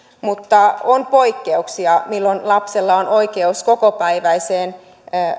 mutta on poikkeuksia milloin lapsella on oikeus kokopäiväiseen